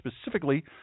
specifically